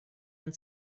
and